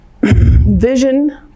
Vision